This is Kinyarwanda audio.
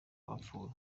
abapfuye